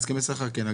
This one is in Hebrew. בהסכמי שכר כן.